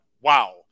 Wow